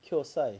qio sai